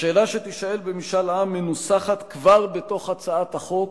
השאלה שתישאל במשאל העם מנוסחת כבר בתוך הצעת החוק,